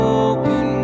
open